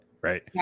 right